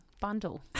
bundle